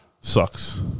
Sucks